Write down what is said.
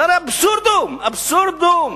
זה הרי אבסורדום, אבסורדום.